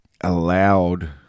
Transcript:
allowed